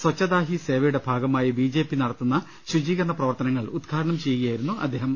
സച്ഛതാ ഹി സേവ യുടെ ഭാഗമായി BJP നടത്തുന്ന ശുചീകരണ പ്രവർത്തനങ്ങൾ ഉദ്ഘാടനം ചെയ്യുകയായിരുന്നു അദ്ദേഹം